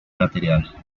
material